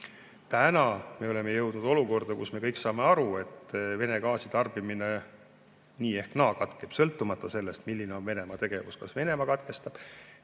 me oleme jõudnud olukorda, kus me kõik saame aru, et Vene gaasi tarbimine nii ehk naa katkeb, sõltumata sellest, milline on Venemaa tegevus. Kas Venemaa katkestab?